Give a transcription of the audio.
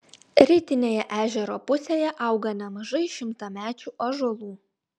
rytinėje ežero pusėje auga nemažai šimtamečių ąžuolų